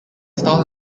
style